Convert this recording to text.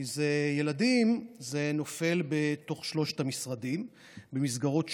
כי ילדים זה נופל בתוך שלושת המשרדים במסגרות שונות,